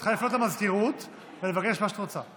את צריכה לפנות למזכירות ולבקש מה שאת רוצה.